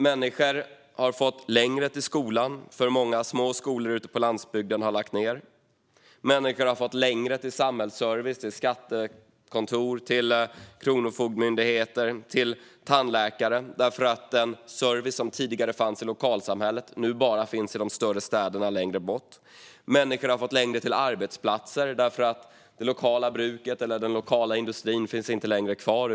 Människor har fått längre till skolan, för många små skolor ute på landsbygden har lagt ned. Människor har fått längre till samhällsservice - till skattekontor, kronofogdemyndigheter och tandläkare - för att den service som tidigare fanns i lokalsamhället nu bara finns i de större städerna längre bort. Människor har fått längre till sina arbetsplatser för att det lokala bruket eller den lokala industrin inte längre finns kvar.